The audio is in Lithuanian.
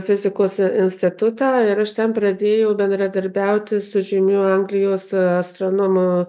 fizikos institutą ir aš ten pradėjau bendradarbiauti su žymiu anglijos astronomu